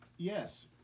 Yes